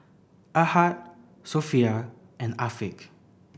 Ahad Sofea and Afiq